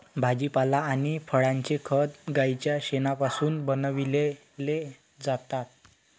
भाजीपाला आणि फळांचे खत गाईच्या शेणापासून बनविलेले जातात